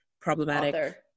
problematic